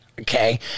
okay